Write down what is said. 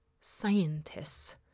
scientists